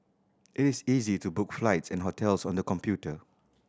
it is easy to book flights and hotels on the computer